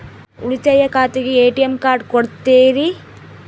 ಉಳಿತಾಯ ಖಾತೆಗೆ ATM card ಕೊಡ್ತೇರಿ?